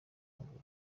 amaguru